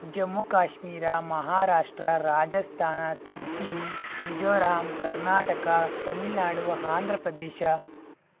Jammu Kashmir Maharashtra Rajasthan Sikkim Mizoram Karnataka Tamil Nadu Andhra Pradesh